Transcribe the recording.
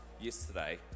yesterday